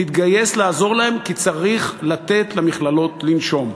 תתגייס לעזור להם, כי צריך לתת למכללות לנשום.